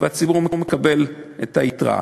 והציבור מקבל את היתרה.